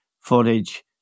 footage